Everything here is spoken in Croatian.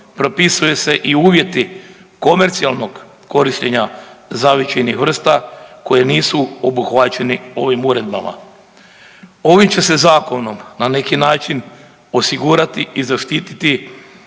propisuju se i uvjeti komercijalnog korištenja zavičajnih vrsta koji nisu obuhvaćeni ovih uredbama. Ovim će se zakonom na neki način osigurati i zaštiti,